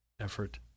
effort